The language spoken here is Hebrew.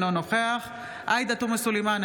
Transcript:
אינו נוכח עאידה תומא סלימאן,